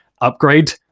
upgrade